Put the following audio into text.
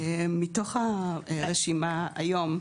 מתוך הרשימה היום,